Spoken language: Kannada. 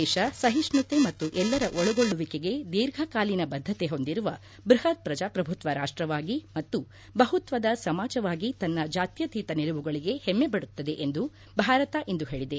ದೇಶ ಸಹಿಷ್ಣತೆ ಮತ್ತು ಎಲ್ಲರ ಒಳಗೊಳ್ಳುವಿಕೆಗೆ ದೀರ್ಘ ಕಾಲೀನ ಬದ್ದತೆ ಹೊಂದಿರುವ ಬೃಹತ್ ಪ್ರಜಾಪ್ರಭುತ್ವ ರಾಷ್ಟವಾಗಿ ಮತ್ತು ಬಹುತ್ವದ ಸಮಾಜವಾಗಿ ತನ್ನ ಜಾತ್ಯತೀತ ನಿಲುವುಗಳಿಗೆ ಹೆಮ್ಮೆ ಪಡುತ್ತದೆ ಎಂದು ಭಾರತ ಇಂದು ಹೇಳಿದೆ